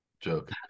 joke